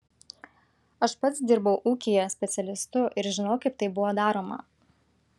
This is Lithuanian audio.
aš pats dirbau ūkyje specialistu ir žinau kaip tai buvo daroma